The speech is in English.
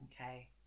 Okay